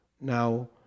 now